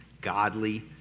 godly